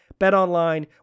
BetOnline